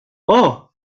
اوه